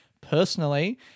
personally